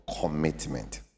commitment